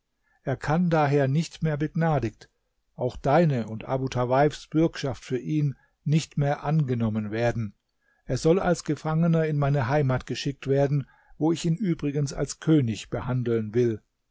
er kann daher nicht mehr begnadigt auch deine und abu tawaifs bürgschaft für ihn nicht mehr angenommen werden er soll als gefangener in meine heimat geschickt werden wo ich ihn übrigens als könig behandeln will